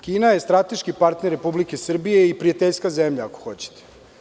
Kina je strateški partner Republike Srbije i prijateljska zemlja ako hoćete.